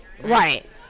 right